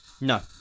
No